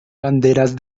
banderas